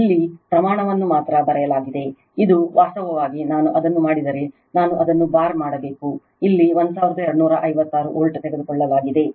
ಇಲ್ಲಿ ಪ್ರಮಾಣವನ್ನು ಮಾತ್ರ ಬರೆಯಲಾಗಿದೆ ಇದು ವಾಸ್ತವವಾಗಿ ನಾನು ಅದನ್ನು ಮಾಡಿದರೆ ನಾನು ಅದನ್ನು ಬಾರ್ ಮಾಡಬೇಕು ಇಲ್ಲಿ 1256 ವೋಲ್ಟ್ ತೆಗೆದುಕೊಳ್ಳಲಾಗಿದೆ